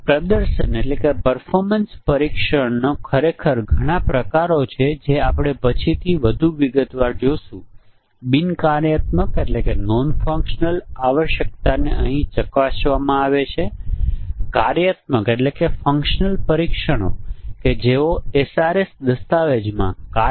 જેમ હું કહું છું કે જોડી મુજબના પરીક્ષણના કેસોની ઓછામાં ઓછી સંખ્યા ઉત્પન્ન કરવી એ ખૂબ જ મુશ્કેલ સમસ્યા છે અને આપણે ઇવોલ્યુશનરી એલ્ગોરિધમ્સ આનુવંશિક ગાણિતીક નિયમો વગેરેનો પ્રયાસ કરી શકીએ છીએ